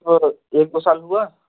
और एक दो साल हुआ